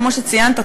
כמו שציינת,